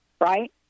right